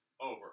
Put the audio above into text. over